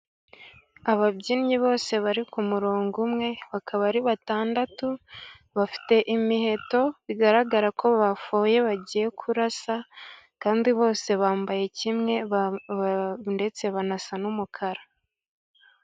Ababyinnyi bose bari ku murongo umwe bakaba ari batandatu, bafite imiheto bigaragara ko bafoye bagiye kurasa, kandi bose bambaye kimwe ndetse banasa n'umukara.